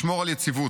לשמור על יציבות,